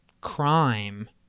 crime